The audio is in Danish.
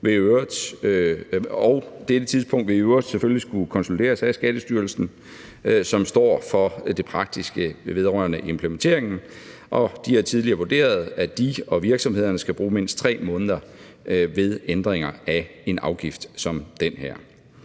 i øvrigt selvfølgelig skulle konsolideres af Skattestyrelsen, som står for det praktiske vedrørende implementeringen. Og de har tidligere vurderet, at de og virksomhederne skal bruge mindst 3 måneder ved ændringer af en afgift som den her.